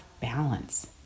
balance